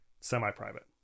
semi-private